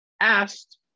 asked